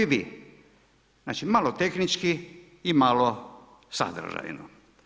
Znači malo tehnički i malo sadržajno.